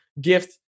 gift